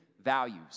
values